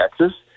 Texas